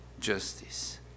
justice